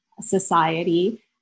society